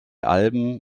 alben